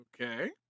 okay